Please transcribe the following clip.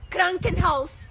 Krankenhaus